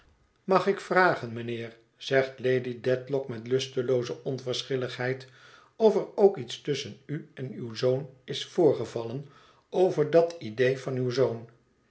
mag ik vragen mijnheer zegt lady dedlock met lustelooze onverschilligheid of er ook iets tusschen u en uw zoon is voorgevallen over dat idee van uw zoon